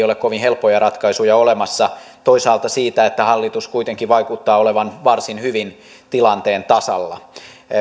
ole kovin helppoja ratkaisuja olemassa toisaalta siitä että hallitus kuitenkin vaikuttaa olevan varsin hyvin tilanteen tasalla